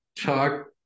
talk